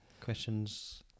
questions